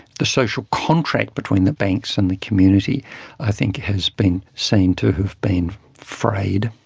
the social contract between the banks and the community i think has been seen to have been frayed.